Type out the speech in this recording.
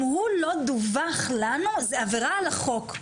אם הוא לא דווח לנו, זה עבירה על החוק,